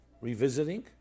Revisiting